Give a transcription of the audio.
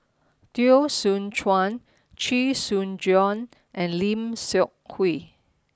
Teo Soon Chuan Chee Soon Juan and Lim Seok Hui